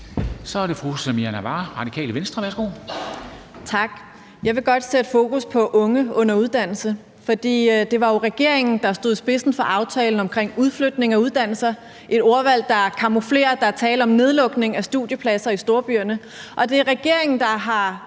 Så er det fru Samira Nawa, Radikale Venstre. Værsgo. Kl. 09:47 Samira Nawa (RV): Tak. Jeg vil godt sætte fokus på unge under uddannelse, for det var jo regeringen, der stod i spidsen for aftalen omkring udflytning af uddannelser – et ordvalg, der camouflerer, at der er tale om nedlukning af studiepladser i storbyerne. Det er regeringen, der har